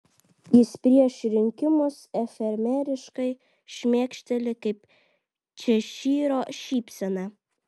jis prieš rinkimus efemeriškai šmėkšteli kaip češyro šypsena